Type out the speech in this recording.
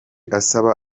asaba